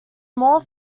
moore